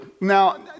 Now